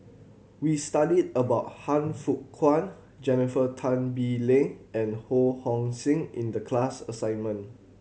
we studied about Han Fook Kwang Jennifer Tan Bee Leng and Ho Hong Sing in the class assignment